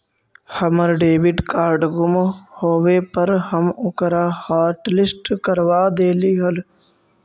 हमर debit card गुम होवे पर हम ओकरा हॉटलिस्ट करवा देली हल